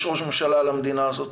יש ראש ממשלה למדינה הזאת,